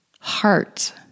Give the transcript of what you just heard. Heart